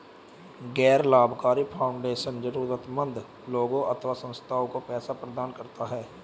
गैर लाभकारी फाउंडेशन जरूरतमन्द लोगों अथवा संस्थाओं को पैसे प्रदान करता है